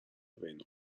بین